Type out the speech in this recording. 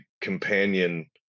companion